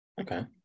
Okay